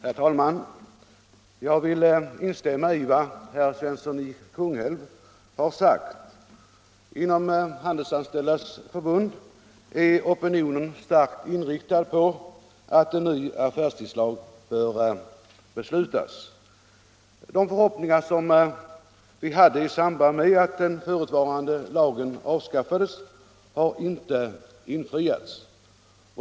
Herr talman! Jag vill instämma i vad herr Svensson i Kungälv har sagt. Inom Handelsanställdas förbund finns det en stark opinion för ett beslut om en ny affärstidslag. De förhoppningar vi hyste i samband med att den förutvarande lagen avskaffades har inte infriats.